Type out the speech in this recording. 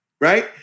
right